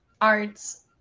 Arts